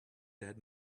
dead